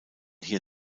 hier